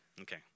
Okay